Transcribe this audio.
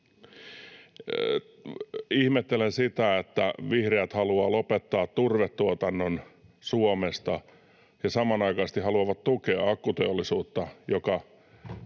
Ihmettelen, että vihreät haluavat lopettaa turvetuotannon Suomesta ja samanaikaisesti tukea akkuteollisuutta, joka